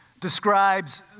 describes